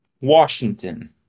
Washington